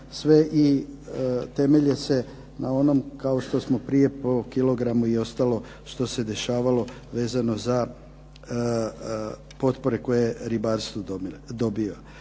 sve i temelje se na onom kao što smo prije po kilogramu i ostalo što se dešavalo vezano za potpore koje ribarstvo je dobio.